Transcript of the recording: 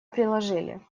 приложили